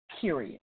period